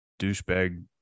douchebag